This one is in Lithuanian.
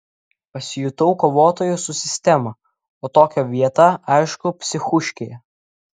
pasijutau kovotoju su sistema o tokio vieta aišku psichuškėje